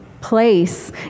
Place